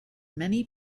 many